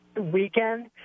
weekend